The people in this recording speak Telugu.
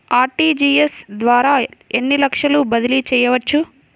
అర్.టీ.జీ.ఎస్ ద్వారా ఎన్ని లక్షలు బదిలీ చేయవచ్చు?